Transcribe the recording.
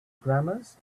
grammars